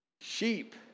Sheep